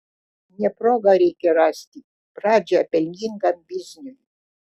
ne progą reikia rasti pradžią pelningam bizniui